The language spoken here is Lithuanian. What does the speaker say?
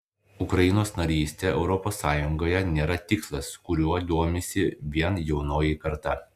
ukrainos narystė europos sąjungoje nėra tikslas kuriuo domisi vien jaunoji karta